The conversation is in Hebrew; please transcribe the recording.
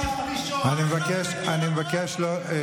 אדוני, אני לא אצליח לדבר.